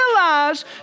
realize